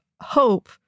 Hope